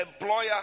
employer